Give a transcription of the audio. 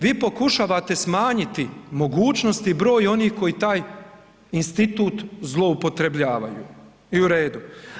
Vi pokušavate smanjiti mogućnost i broj onih koji taj institut zloupotrebljavaju i u redu.